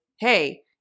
Hey